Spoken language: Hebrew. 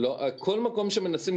כל מקום שמנסים,